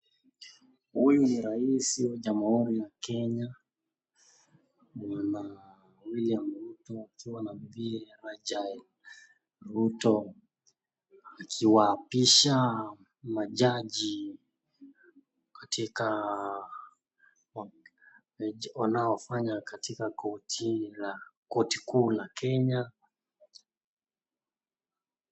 Huyu ni rais wa jamhuri ya Kenya Bwana William Ruto akiwa na bibiye anaitwa Jael Ruto, akiwaapisha majaji wanaofanya kati koti kuu la kenya.